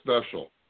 special